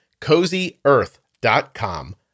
CozyEarth.com